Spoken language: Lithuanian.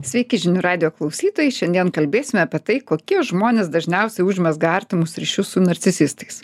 sveiki žinių radijo klausytojai šiandien kalbėsim apie tai kokie žmonės dažniausiai užmezga artimus ryšius su narcisistais